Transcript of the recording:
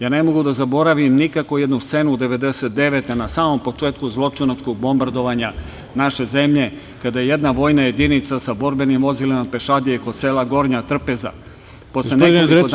Ne mogu da zaboravim nikako jednu scenu 1999. godine na samom početku zločinačkog bombardovanja naše zemlje kada je jedna vojna jedinica sa borbenim vozilima pešadije kod sela Gornja Trpeza posle nekoliko dana…